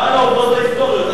למען העובדות ההיסטוריות,